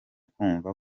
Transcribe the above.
kumva